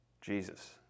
Jesus